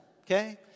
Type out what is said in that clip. okay